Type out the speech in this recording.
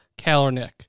Kalernick